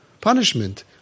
punishment